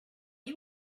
you